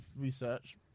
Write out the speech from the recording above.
research